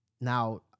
Now